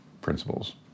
Principles